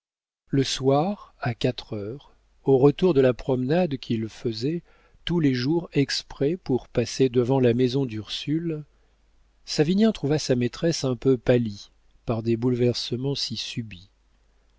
le soir à quatre heures au retour de la promenade qu'il faisait tous les jours exprès pour passer devant la maison d'ursule savinien trouva sa maîtresse un peu pâlie par des bouleversements si subits